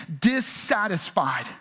dissatisfied